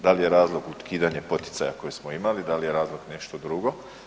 Da li je razlog ukidanje poticaja koje smo imali, da je razlog nešto drugo?